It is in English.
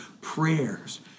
prayers